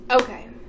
Okay